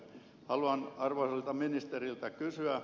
haluan arvoisilta ministereiltä kysyä